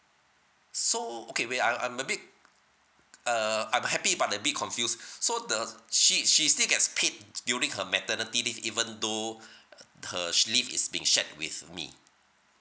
so okay wait I'm I'm a bit uh I'm happy but a bit confused so the she she still gets paid during her maternity leave even though her leave is being shared with me